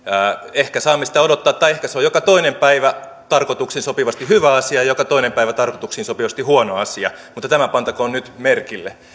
ehkä saamme sitä odottaa tai ehkä se on joka toinen päivä tarkoituksiin sopivasti hyvä asia ja joka toinen päivä tarkoituksiin sopivasti huono asia mutta tämä pantakoon nyt merkille